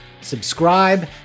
Subscribe